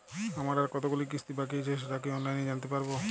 আমার আর কতগুলি কিস্তি বাকী আছে সেটা কি অনলাইনে জানতে পারব?